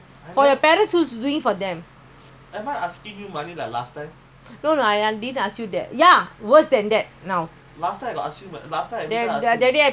license how much hundred plus some more almost two hundred plus correct not everytime !huh!